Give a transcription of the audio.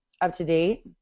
up-to-date